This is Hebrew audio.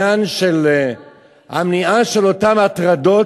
חלק מהעניין של המניעה של אותן הטרדות,